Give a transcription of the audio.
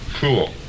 Cool